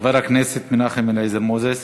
חבר הכנסת מנחם אליעזר מוזס.